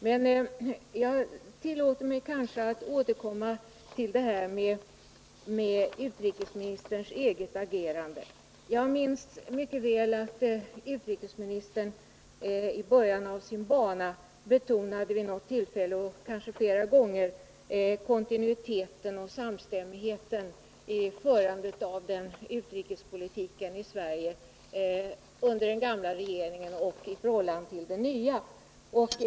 Men jag tillåter mig återkomma till utrikesministerns eget agerande. Jag minns mycket väl att utrikesministern i början av sin bana vid något tillfälle, kanske flera gånger, betonade kontinuiteten och samstämigheten när det gäller den gamla och den nya regeringens utrikespolitik.